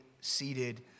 seated